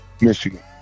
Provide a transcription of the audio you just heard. Michigan